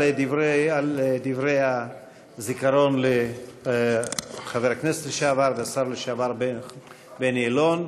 על דברי הזיכרון לחבר הכנסת לשעבר והשר לשעבר בני אלון.